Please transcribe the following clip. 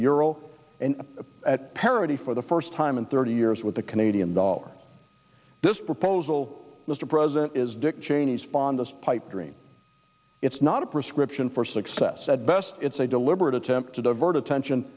euro and at parity for the first time in thirty years with the canadian dollar this proposal mr president is dick cheney's fondest pipe dream it's not a prescription for success at best it's a deliberate attempt to divert attention